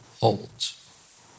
holds